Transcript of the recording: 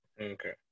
okay